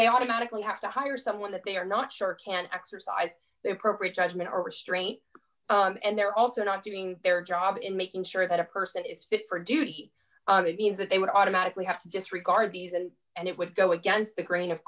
they automatically have to hire someone that they are not sure can exercise their appropriate judgment or restraint and they're also not doing their job in making sure that a person is fit for duty and it means that they would automatically have to disregard these and and it would go against the grain of